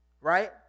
Right